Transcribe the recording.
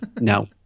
no